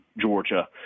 Georgia